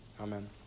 Amen